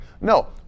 No